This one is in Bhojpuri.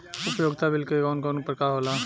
उपयोगिता बिल के कवन कवन प्रकार होला?